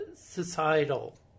societal